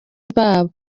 babo